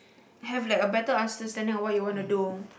have like a better understanding of what you want to do